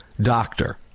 doctor